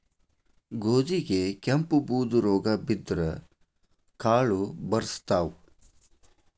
ಗೋಧಿಗೆ ಕೆಂಪು, ಬೂದು ರೋಗಾ ಬಿದ್ದ್ರ ಕಾಳು ಬರ್ಸತಾವ